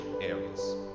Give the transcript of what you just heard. areas